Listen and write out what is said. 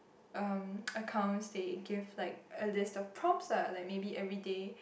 um accounts they give like a list of prompts lah like maybe everyday